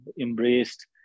embraced